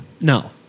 No